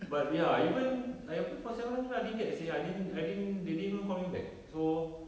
but ya even I applied for seven eleven also I didn't get seh I didn't I didn't they didn't even call me back so